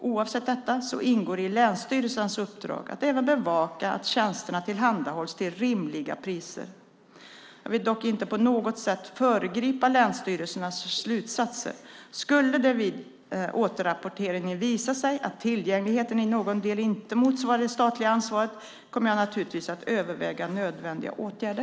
Oavsett detta ingår i länsstyrelsernas uppdrag att även bevaka att tjänsterna tillhandahålls till rimliga priser. Jag vill dock inte på något sätt föregripa länsstyrelsernas slutsatser. Skulle det vid återrapporteringen visa sig att tillgängligheten i någon del inte motsvarar det statliga ansvaret kommer jag naturligtvis att överväga nödvändiga åtgärder.